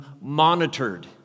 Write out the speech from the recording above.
monitored